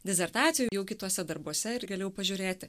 disertacijoj jau kituose darbuose ir galėjau pažiūrėti